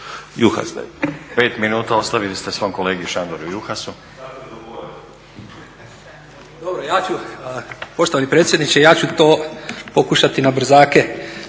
(SDP)** Pet minuta ostavili ste svom kolegi Šandoru Juhasu.